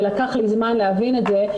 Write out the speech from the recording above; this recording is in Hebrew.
ולקח לי זמן להבין את זה,